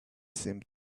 seemed